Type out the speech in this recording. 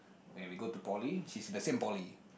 when we go to poly she's in the same poly